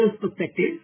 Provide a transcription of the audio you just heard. perspective